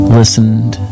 listened